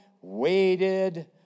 waited